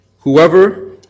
Whoever